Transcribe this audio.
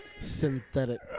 synthetic